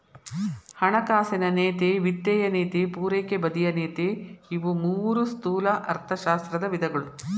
ಹಣಕಾಸಿನ ನೇತಿ ವಿತ್ತೇಯ ನೇತಿ ಪೂರೈಕೆ ಬದಿಯ ನೇತಿ ಇವು ಮೂರೂ ಸ್ಥೂಲ ಅರ್ಥಶಾಸ್ತ್ರದ ವಿಧಗಳು